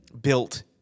built